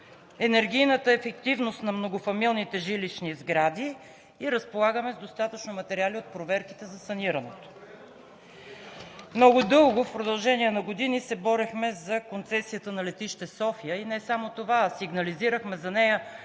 енергийната ефективност на многофамилните жилищни сгради и разполагаме с достатъчно материали от проверките за санирането. Много дълго – в продължение на години, се борихме за концесията на летище София. И не само това – сигнализирахме за нея